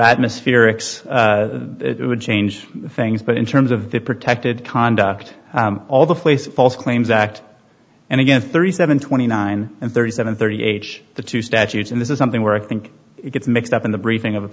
atmosphere ix it would change things but in terms of the protected conduct all the places false claims act and again thirty seven twenty nine and thirty seven thirty age the two statutes and this is something where think it gets mixed up in the briefing of a